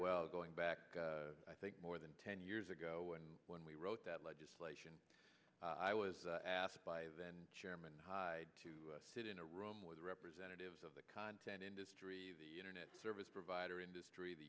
well going back i think more than ten years ago and when we wrote that legislation i was asked by then chairman hyde to sit in a room with representatives of the content industry the internet service provider industry the